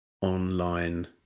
online